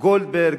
גולדברג,